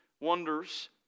wonders